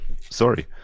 Sorry